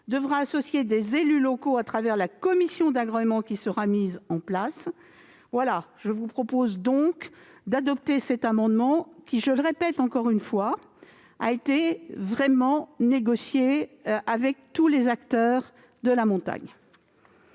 devra associer des élus locaux, à travers la commission d'agrément qui sera mise en place. Je vous propose donc d'adopter cet amendement, qui, encore une fois, a véritablement été négocié avec tous les acteurs de la montagne.